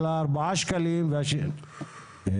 של ה-4 שקלים ------ מירה,